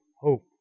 hope